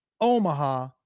Omaha